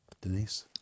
Denise